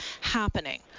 happening